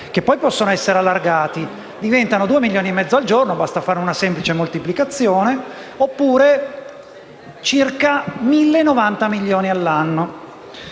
che possono essere allargati: diventano 2,5 milioni al giorno - basta fare una semplice moltiplicazione - oppure circa 1.090 milioni all'anno.